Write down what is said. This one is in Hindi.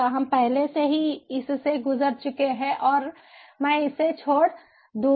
हम पहले ही इससे गुजर चुके हैं और मैं इसे छोड़ दूंगा